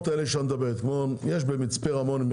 יש במצפה רמון,